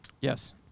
yes